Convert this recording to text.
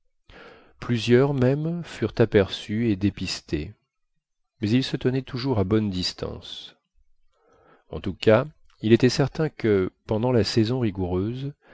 plusieurs même furent aperçus et dépistés mais ils se tenaient toujours à bonne distance en tout cas il était certain que pendant la saison rigoureuse